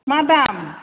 मा दाम